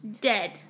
Dead